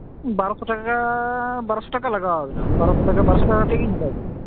ᱵᱟᱨᱚᱥᱚ ᱴᱟᱠᱟ ᱵᱟᱨᱚᱥᱚ ᱴᱟᱠᱟ ᱞᱟᱜᱟᱣᱟᱵᱮᱱᱟ ᱵᱟᱨᱚᱥᱚ ᱴᱟᱠᱟ ᱵᱟᱨᱚᱥᱚ ᱴᱟᱠᱟ ᱠᱟᱛᱮᱜᱤᱧ ᱦᱟᱛᱟᱣᱫᱟ